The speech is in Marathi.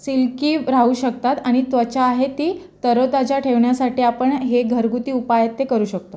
सिल्की राहू शकतात आणि त्वचा आहे ती तरोताजा ठेवण्यासाठी आपण हे घरगुती उपाय आहेत ते करू शकतो